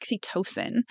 oxytocin